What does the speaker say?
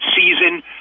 season